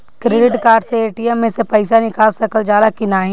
Credit card से ATM से पइसा निकाल सकल जाला की नाहीं?